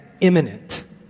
imminent